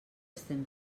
estem